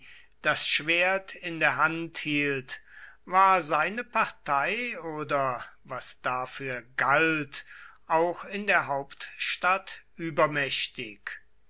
das schwert in der hand hielt war seine partei oder was dafür galt auch in der hauptstadt übermächtig